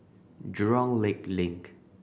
Jurong Lake Link